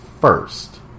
first